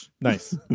Nice